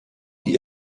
die